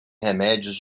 remédios